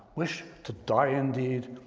wish to die indeed.